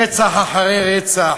רצח אחרי רצח,